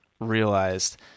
realized